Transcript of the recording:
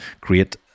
create